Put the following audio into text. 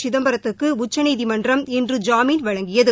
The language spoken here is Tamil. சிதம்பரத்துக்குஉச்சநீதிமன்றம் இன்று ஜாமீன் வழங்கியது